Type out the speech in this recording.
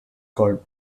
called